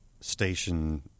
station